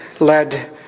led